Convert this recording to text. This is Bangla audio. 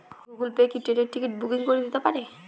গুগল পে কি ট্রেনের টিকিট বুকিং করে দিতে পারে?